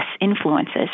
influences